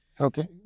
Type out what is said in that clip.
Okay